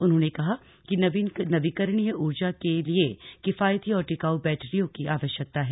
उन्होंने कहा कि नवीकरणीय ऊर्जा के लिए किफायती और टिकाऊ बैटरियों की आवश्यकता है